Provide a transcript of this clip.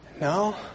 No